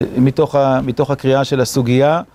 מתוך הקריאה של הסוגיה